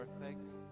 perfect